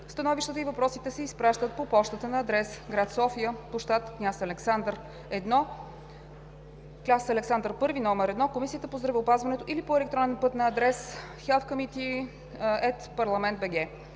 Становищата и въпросите се изпращат по пощата на адрес: гр. София, пл. „Княз Александър I“ № 1, Комисия по здравеопазването или по електронен път на адрес: health_committee@parliament.bg.